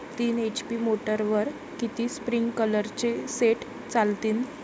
तीन एच.पी मोटरवर किती स्प्रिंकलरचे सेट चालतीन?